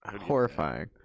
horrifying